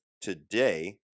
today